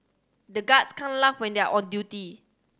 the guards can't laugh when they are on duty